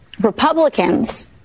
Republicans